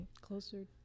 closer